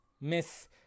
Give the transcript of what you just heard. miss